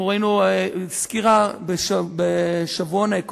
רק בשבוע האחרון או לפני שבועיים ראינו סקירה בשבועון "אקונומיסט"